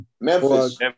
Memphis